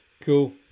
Cool